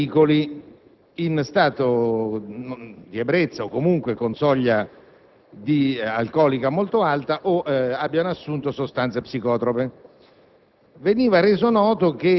per coloro i quali guidino veicoli in stato di ebbrezza (o comunque con soglia alcolica molto alta) oppure dopo aver assunto sostanze psicotrope.